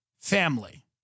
family